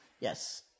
yes